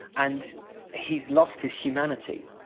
and he's lost his humanity,